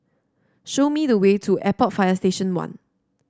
show me the way to Airport Fire Station One